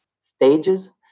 stages